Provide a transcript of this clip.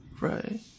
Right